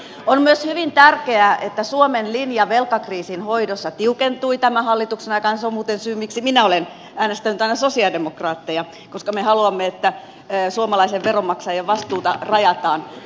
on myös hyvin tärkeää että suomen linja velkakriisin hoidossa tiukentui tämän hallituksen aikana se on muuten syy miksi minä olen äänestänyt aina sosialidemokraatteja koska me haluamme että suomalaisen veronmaksajan vastuuta rajataan